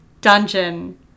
dungeon